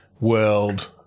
world